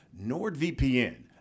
NordVPN